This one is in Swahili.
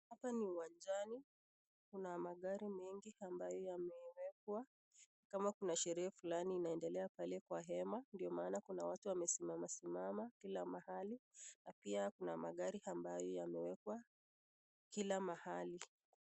Hapa ni uwanjani kuna magari mengi ambayo yamewekwa kama kuna sherehe fulani inaendelea pale kwa hema ndio maana kuna watu wamesimama simama kila mahali na pia kuna magari ambayo yamewekwa kila mahali.